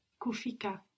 Kufika